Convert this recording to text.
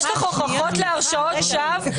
יש לך הוכחות להרשעות שווא?